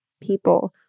people